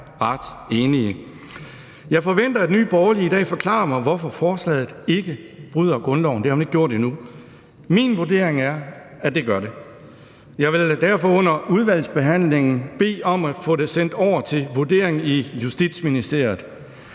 Jeg forventer, at Nye Borgerlige i dag forklarer mig, hvorfor forslaget ikke bryder grundloven. Det har man ikke gjort endnu. Min vurdering er, at det gør det. Jeg vil derfor under udvalgsbehandlingen bede om at få det sendt over til vurdering i Justitsministeriet.